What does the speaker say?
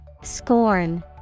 Scorn